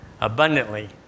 abundantly